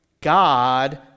God